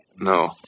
No